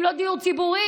אם לא דיור ציבורי,